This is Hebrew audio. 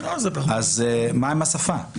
מה עם השפה?